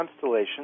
constellation